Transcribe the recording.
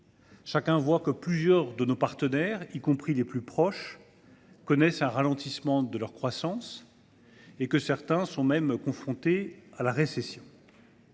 Chacun voit que plusieurs de nos partenaires, y compris les plus proches, connaissent un ralentissement de leur croissance et que certains sont même confrontés à la récession.